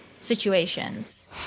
situations